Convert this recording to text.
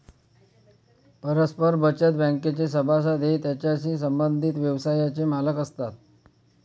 परस्पर बचत बँकेचे सभासद हे त्याच्याशी संबंधित व्यवसायाचे मालक असतात